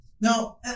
Now